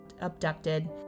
abducted